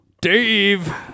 Dave